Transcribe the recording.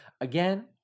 Again